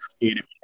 creative